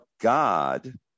God